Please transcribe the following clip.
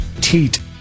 Teat